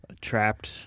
trapped